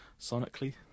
sonically